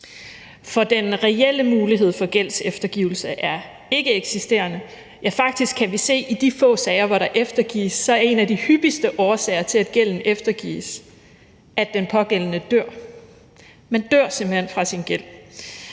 For den reelle mulighed for gældseftergivelse er ikkeeksisterende, ja, faktisk kan vi se, at i de få sager, hvor der eftergives, er en af de hyppigste årsager til, at gælden eftergives, at den pågældende dør. Man dør simpelt hen fra sin gæld.